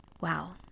Wow